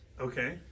Okay